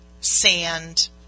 sand